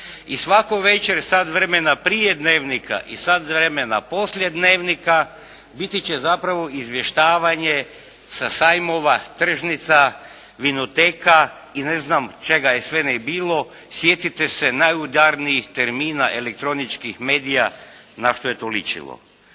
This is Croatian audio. i svaku večer sat vremena prije "Dnevnika" i sat vremena poslije "Dnevnika" biti će zapravo izvještavanje sa sajmova, tržnica, vinoteka i ne znam čega je sve ne bilo, sjetite se najudarnijih termina elektroničkih medija na što je to ličilo.